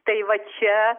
tai va čia